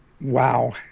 Wow